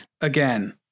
again